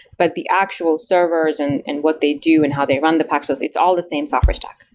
but the actual servers and and what they do and how they run the paxos, it's all the same software stack.